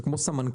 זה כמו סמנכ"ל,